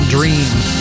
Dreams